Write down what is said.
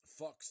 fucks